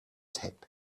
tape